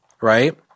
right